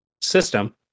system